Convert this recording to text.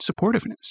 supportiveness